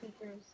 features